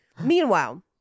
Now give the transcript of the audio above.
Meanwhile